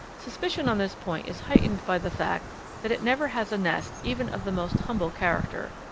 suspicion on this point is heightened by the fact that it never has a nest even of the most humble character,